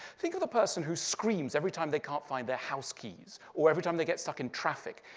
think of the person who screams every time they can't fight their house keys or every time they get stuck in traffic.